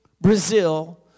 Brazil